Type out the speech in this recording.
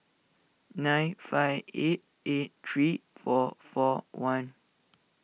nine five eight eight three four four one